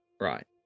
right